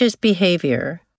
behavior